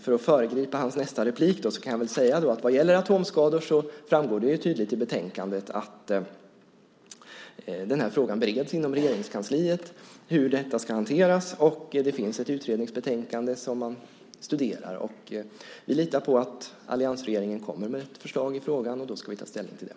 För att föregripa hans nästa replik kan jag säga att vad gäller atomskador framgår det tydligt i betänkandet att frågan om hur detta ska hanteras bereds inom Regeringskansliet. Det finns ett utredningsbetänkande som man studerar. Vi litar på att alliansregeringen kommer med ett förslag i frågan, och då ska vi ta ställning till det.